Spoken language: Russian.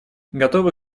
готовы